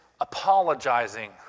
apologizing